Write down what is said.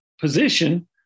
position –